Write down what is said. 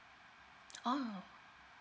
oh